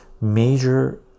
major